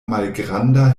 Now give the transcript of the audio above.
malgranda